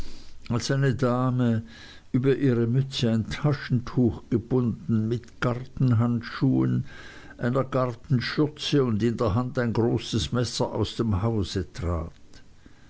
eine dame über ihre mütze ein taschentuch gebunden mit gartenhandschuhen einer gartenschürze und in der hand ein großes messer aus dem hause trat